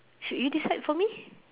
should you decide for me